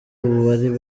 abari